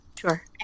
Sure